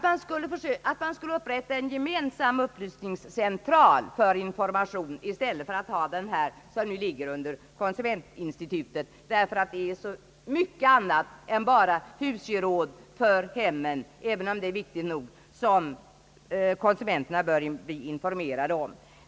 Man skulle sålunda upprätta en gemensam upplysningsceniral för information i stället för att ha den som nu ligger under konsumentinstitutet. Det är så mycket annat än enbart husgeråd för hemmen, även om det är viktigt nog, som konsumenterna bör bli informerade om.